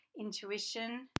intuition